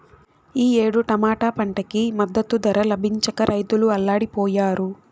ఈ ఏడు టమాటా పంటకి మద్దతు ధర లభించక రైతులు అల్లాడిపొయ్యారు